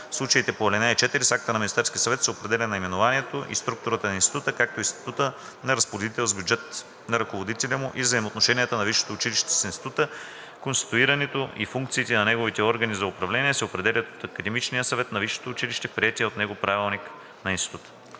случаите по ал. 4 с акта на Министерския съвет се определя наименованието и структурата на института, както и статута на разпоредител с бюджет на ръководителя му, а взаимоотношенията на висшето училище с института, конституирането и функциите на неговите органи за управление се определят от академичния съвет на висшето училище в приетия от него правилник на института.“